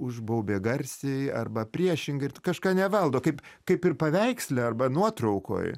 užbaubia garsiai arba priešingai ir tu kažką nevaldo kaip kaip ir paveiksle arba nuotraukoj